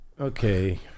Okay